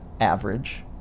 average